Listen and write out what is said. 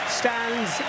stands